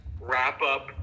wrap-up